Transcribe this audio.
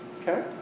Okay